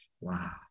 Wow